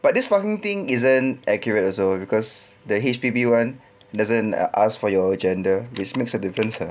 but this one thing isn't accurate also cause the H_P_B [one] doesn't ask for your gender which makes a difference ah